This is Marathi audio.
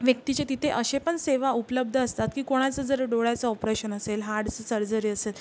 व्यक्तीच्या तिथे असे पण सेवा उपलब्ध असतात की कोणाचं जर डोळ्याचं ऑपरेशन असेल हाडाची सर्जरी असेल